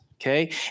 okay